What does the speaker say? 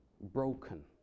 broken